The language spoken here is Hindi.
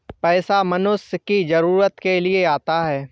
पैसा मनुष्य की जरूरत के लिए आता है